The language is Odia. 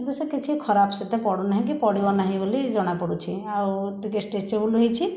କିନ୍ତୁ ସେ କିଛି ଖରାପ ସେତେ ପଡ଼ୁନାହିଁ କି ପଡ଼ିବ ନାହିଁ ବୋଲି ଜଣାପଡ଼ୁଛି ଆଉ ଟିକେ ଷ୍ଟେଚେବଲ ହେଇଛି